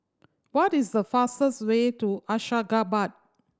what is the fastest way to Ashgabat